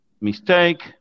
mistake